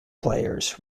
players